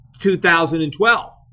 2012